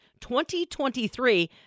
2023